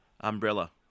umbrella